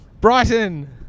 Brighton